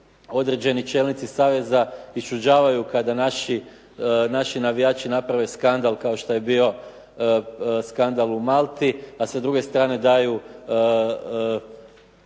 određeni čelnici saveza iščuđavaju kada naši navijači naprave skandal kao što je bio skandal u Malti a sa druge strane daju